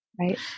Right